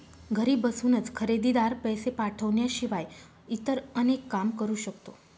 घरी बसूनच खरेदीदार, पैसे पाठवण्याशिवाय इतर अनेक काम करू शकतो